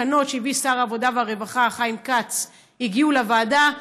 התקנות שהביא שר העבודה והרווחה חיים כץ הגיעו לוועדה,